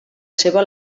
seva